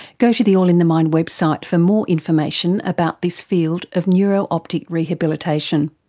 go to the all in the mind website for more information about this field of neuro-optic rehabilitation.